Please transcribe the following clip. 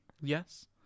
Yes